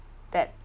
that